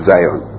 Zion